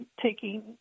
taking